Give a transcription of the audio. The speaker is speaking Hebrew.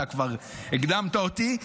אתה כבר הקדמת אותי,